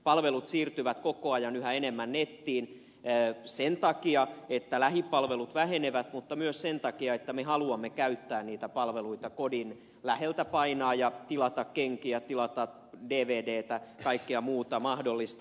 palvelut siirtyvät koko ajan yhä enemmän nettiin sen takia että lähipalvelut vähenevät mutta myös sen takia että me haluamme käyttää niitä palveluita kodin läheltä painaa nappia ja tilata kenkiä tilata dvditä kaikkea muuta mahdollista